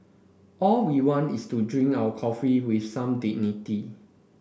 all we want is to drink our coffee with some dignity